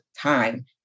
time